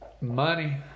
money